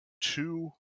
two